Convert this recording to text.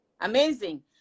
Amazing